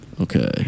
Okay